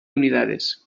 unidades